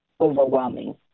overwhelming